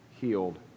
healed